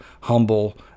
humble